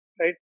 right